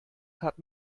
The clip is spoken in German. hat